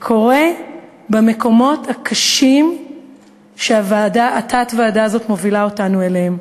קורה במקומות הקשים שהתת-ועדה הזאת מובילה אותנו אליהם.